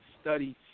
study